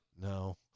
No